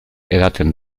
edaten